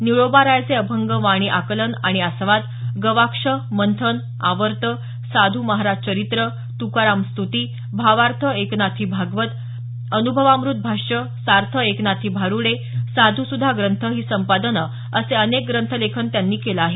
निळोबारायाचे अभंग वाणी आकलन आणि आस्वाद गवाक्ष मंथन आवर्त साधु महाराज चरित्र तुकाराम स्तुती भावार्थ एकनाथी भागवत अनुभवाम़त भाष्य सार्थ एकनाथी भारुडे साधू सुधा ग्रंथ ही संपादने असे अनेक ग्रंथलेखन त्यांनी केलं आहे